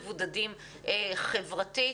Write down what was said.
חברתית.